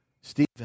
Stephen